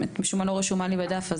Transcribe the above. את משום מה לא רשומה לי בדף.